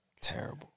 Terrible